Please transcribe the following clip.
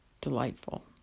delightful